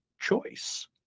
choice